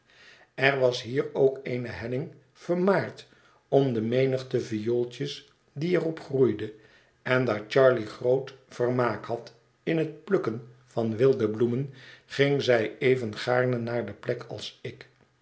er was hier ook eene helling vermaard door de menigte viooltjes die er op groeide en daar charley groot vermaak had in het plukken van wilde bloemen ging zij even gaarne naar de plek als ik